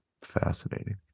fascinating